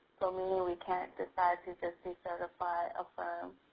so meaning we cant decide to just decertify a firm.